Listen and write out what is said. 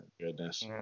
Goodness